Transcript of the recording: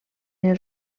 els